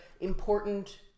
important